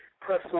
press